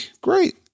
great